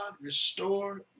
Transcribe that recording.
restore